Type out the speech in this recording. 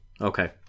Okay